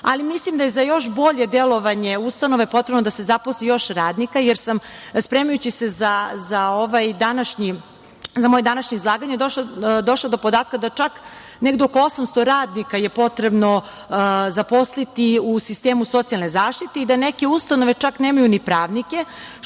ali mislim da je za još bolje delovanje ustanove potrebno da se zaposli još radnika. Spremajući se za moje današnje izlaganje, došla sam do podatka da čak negde oko 800 radnika je potrebno zaposliti u sistemu socijalne zaštite i da neke ustanove čak nemaju ni pravnike,